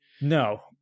No